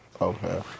Okay